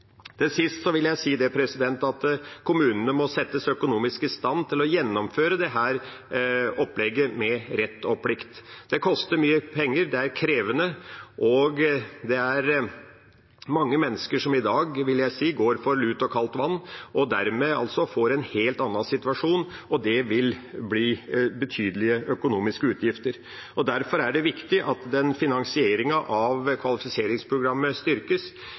Til sist vil jeg si at kommunene må settes økonomisk i stand til å gjennomføre dette opplegget med rett og plikt. Det koster mye penger, og det er krevende. Det er mange mennesker som i dag – vil jeg si – går for lut og kaldt vann, og dermed får en helt annen situasjon, og det vil bli betydelige økonomiske utgifter. Derfor er det viktig at finansieringen av kvalifiseringsprogrammet styrkes.